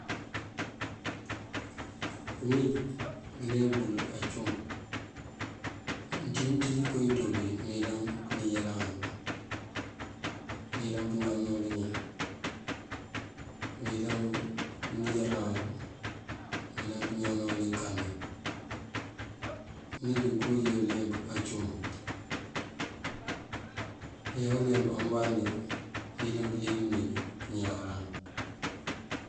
Unij ngëleemp uwul acum. Uncí mënţíj inko inţop yí mëyëlan pënijëran uwël, mëyëlan pëñawëna iñan, mëyëlan pënijëran uwël, mëyëlan kañawëna uwël inkande. Unij koowun jee uleemp acum. Mëyá uleemp ambandí mëyëlan pënjeej unij kañawaran.